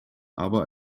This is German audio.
aber